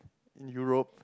in Europe